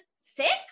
six